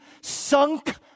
Sunk